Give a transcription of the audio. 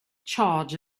charge